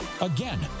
Again